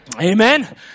amen